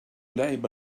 لعب